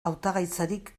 hautagaitzarik